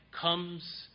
comes